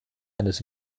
eines